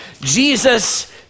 Jesus